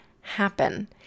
happen